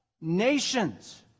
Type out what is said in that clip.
nations